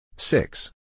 Six